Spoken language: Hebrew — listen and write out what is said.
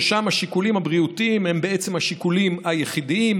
ששם השיקולים הבריאותיים הם בעצם השיקולים היחידים.